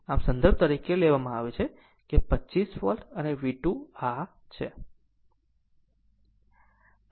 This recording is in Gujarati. આમ આને સંદર્ભ તરીકે કહેવામાં આવે છે કહે છે 25 વોલ્ટ અને V2 આ છે